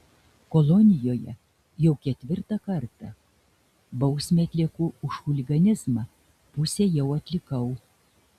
kolonijoje jau ketvirtą kartą bausmę atlieku už chuliganizmą pusę jau atlikau